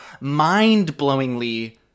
mind-blowingly